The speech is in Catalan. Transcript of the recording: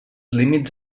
límits